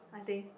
I think